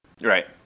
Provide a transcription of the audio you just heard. Right